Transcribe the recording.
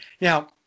Now